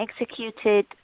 executed